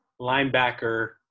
linebacker